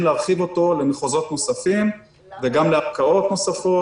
להרחיב אותו למחוזות נוספים וגם לערכאות נוספות.